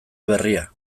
berria